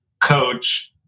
coach